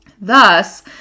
Thus